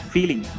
Feeling